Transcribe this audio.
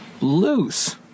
loose